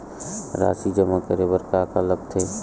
राशि जमा करे बर का का लगथे?